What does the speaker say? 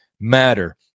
matter